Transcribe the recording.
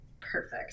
Perfect